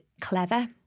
clever